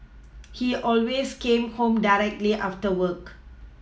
he always came home directly after work